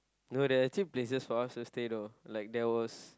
no there are actually places for us to stay though like there was